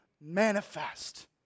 manifest